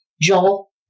Joel